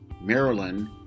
Maryland